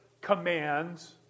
commands